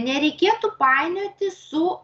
nereikėtų painioti su